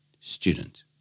Student